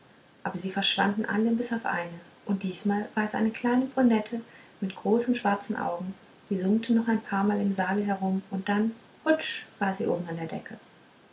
aber sie verschwanden alle bis auf eine und diesmal war es eine kleine brünette mit großen schwarzen augen die summte noch ein paarmal im saale herum und dann hutsch war sie oben an der decke